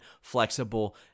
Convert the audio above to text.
flexible